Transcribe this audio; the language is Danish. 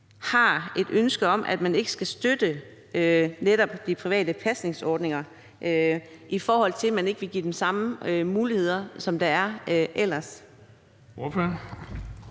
har et ønske om, at man ikke skal støtte netop de private pasningsordninger, når man ikke vil give dem samme muligheder, som der ellers